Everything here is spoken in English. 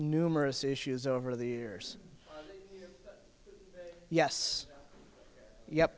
numerous issues over the years yes ye